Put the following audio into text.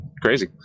crazy